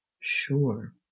Sure